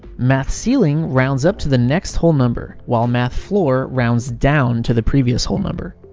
math ceiling rounds up to the next whole number, while math floor rounds down to the previous whole number.